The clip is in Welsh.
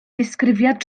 ddisgrifiad